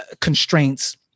constraints